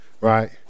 right